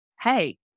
hey